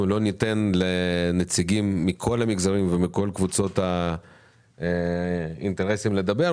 לא ניתן לנציגים מכל המגזרים ומכל קבוצות האינטרסים לדבר,